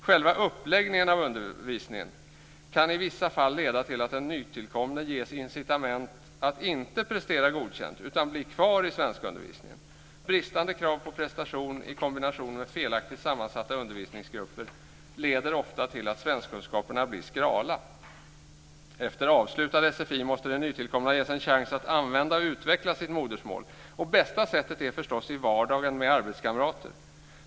Själva uppläggningen av undervisningen kan i vissa fall leda till att den nytillkomne ges incitament att inte prestera godkänt utan bli kvar i svenskundervisningen. Bristande krav på prestation i kombination med felaktigt sammansatta undervisningsgrupper leder ofta till att svenskkunskaperna blir skrala. Efter avslutad sfi måste den nytillkomne ges en chans att använda och utveckla sitt modersmål. Bästa sättet är förstås i vardagen tillsammans med arbetskamrater.